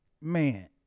man